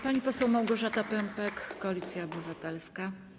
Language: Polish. Pani poseł Małgorzata Pępek, Koalicja Obywatelska.